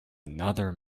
another